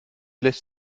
lässt